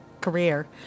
career